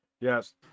Yes